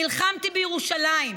נלחמתי בירושלים,